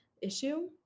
issue